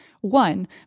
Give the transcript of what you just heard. One